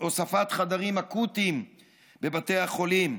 על הוספת חדרים אקוטיים בבתי החולים,